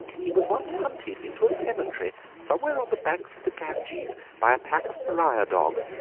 he was once hunted into a cemetery somewhere on the banks of the ganges by a pack of pariah dogs,